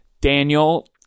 daniel